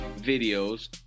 videos